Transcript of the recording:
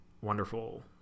wonderful